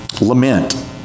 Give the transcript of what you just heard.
Lament